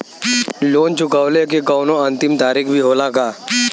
Loan चुकवले के कौनो अंतिम तारीख भी होला का?